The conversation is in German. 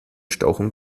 stauchung